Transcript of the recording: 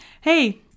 hey